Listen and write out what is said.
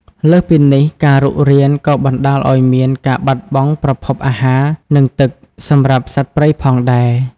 លើសពីនេះ ការរុករានក៏បណ្តាលឱ្យមាន ការបាត់បង់ប្រភពអាហារ និងទឹក សម្រាប់សត្វព្រៃផងដែរ។